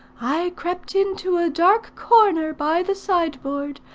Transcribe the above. i crept into a dark corner by the sideboard,